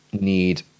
need